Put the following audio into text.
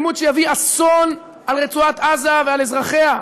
עימות שיביא אסון על רצועת עזה ועל אזרחיה.